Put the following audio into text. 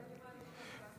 אין לי מה לשאול.